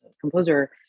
composer